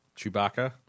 Chewbacca